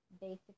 basic